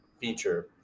feature